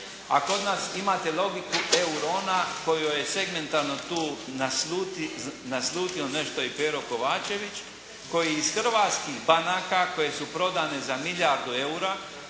A kod nas ime logiku EURONA kojoj je segmentalno tu naslutio nešto i Pero Kovačević koji iz hrvatskih banaka koje su prodane za milijardu eura,